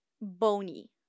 bony